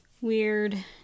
weird